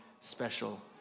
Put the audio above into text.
special